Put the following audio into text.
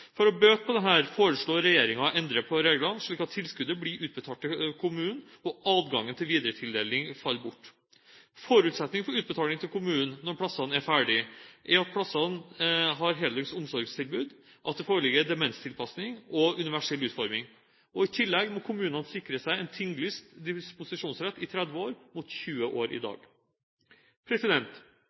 For å bøte på dette foreslår regjeringen å endre på reglene, slik at tilskuddet blir utbetalt til kommunen, og adgangen til videretildeling faller bort. Forutsetningen for utbetaling til kommunen når plassene er ferdige, er at plassene har heldøgns omsorgstilbud, at det foreligger demenstilpasning og universell utforming. I tillegg må kommunene sikre seg en tinglyst disposisjonsrett i 30 år, mot 20 år i